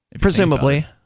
Presumably